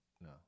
No